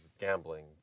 gambling